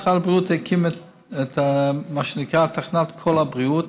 משרד הבריאות הקים את מה שנקרא תחנת "קול הבריאות"